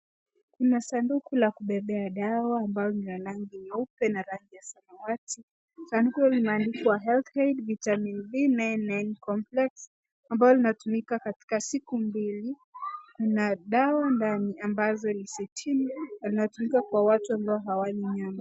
Kuna sanduku la kubebea dawa ambalo lina rangi nyeupe na rangi ya samawati. Sanduku limeandikwa Healthaid Vitamin B nine nine complex ambalo linatumika katika siku mbili. Kuna dawa ndani ambazo ni sitini na linatumika kwa watu ambao hawali nyama.